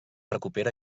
recupera